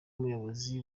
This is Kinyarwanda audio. muyobozi